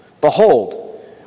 Behold